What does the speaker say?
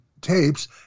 tapes